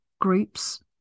groups